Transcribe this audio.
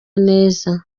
neza